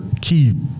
key